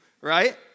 right